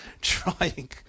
trying